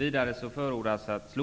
Jag skall i